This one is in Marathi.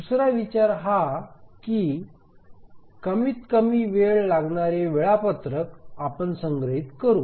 दुसरा विचार हा की कमीत कमी वेळ लागणारे वेळापत्रक आपण संग्रहित करू